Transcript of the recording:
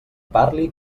parli